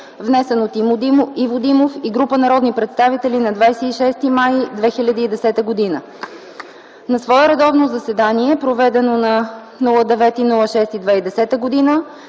внесен от Иво Димов и група народни представители на 26.05.2010г. На свое редовно заседание, проведено на 09.06.2010